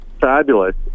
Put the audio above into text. fabulous